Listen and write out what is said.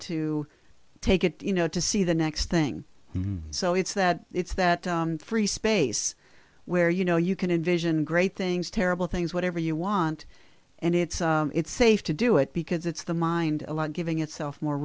to take it you know to see the next thing so it's that it's that free space where you know you can envision great things terrible things whatever you want and it's it's safe to do it because it's the mind a lot giving itself more